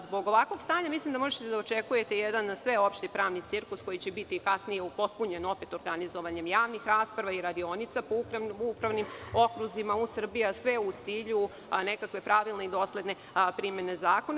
Zbog ovakvog stanja, mislim da možete da očekujete jedan sveopšti pravni cirkus koji će biti kasnije upotpunjen organizovanjem javnih rasprava i radionica u upravnim okruzima u Srbiji, a sve u cilju nekakve pravilne i dosledne primene zakona.